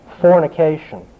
fornication